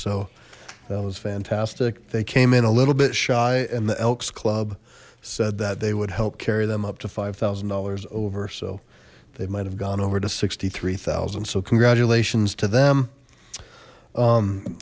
so that was fantastic they came in a little bit shy and the elks club said that they would help carry them up to five thousand dollars over so they might have gone over to sixty three thousand so congratulations to them